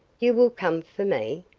you will come for me?